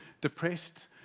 depressed